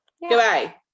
Goodbye